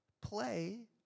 play